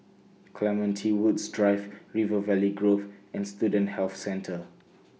Clementi Woods Drive River Valley Grove and Student Health Centre